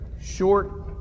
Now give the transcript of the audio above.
short